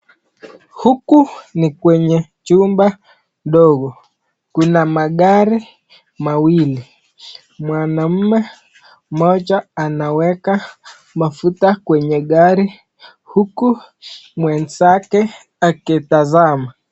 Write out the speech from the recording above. Huku ni kwenye chumba ndogo kuna magari mawili mwanaume mmoja anaweka mafuta kwenye gari huku mwenzake akitazama.